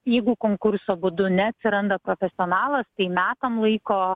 jeigu konkurso būdu neatsiranda profesionalas tai metam laiko